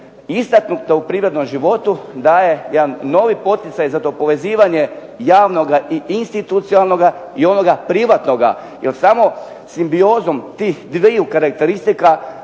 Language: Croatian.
istaknuta u privrednom životu daje jedan novi poticaj za to povezivanje javnoga i institucionalnoga i onoga privatnoga jer samo simbiozom tih dviju karakteristika